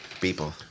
people